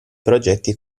progetti